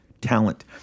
talent